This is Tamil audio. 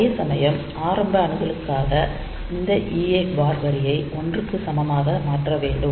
அதேசமயம் ஆரம்ப அணுகலுக்காக இந்த EA பார் வரியை ஒன்றுக்கு சமமாக மாற்ற வேண்டும்